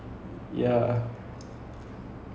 david actually not bad it was funny